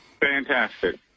Fantastic